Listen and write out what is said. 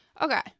Okay